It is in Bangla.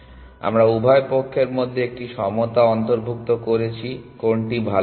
সুতরাং আমরা উভয় পক্ষের মধ্যে একটি সমতা অন্তর্ভুক্ত করেছি কোনটি ভাল